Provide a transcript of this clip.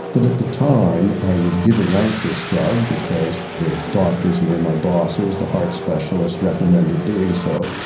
that at the time i was giving out this drug because the doctors who were my bosses, the heart specialists recommended doing so,